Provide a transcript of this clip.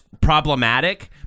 problematic